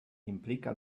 implica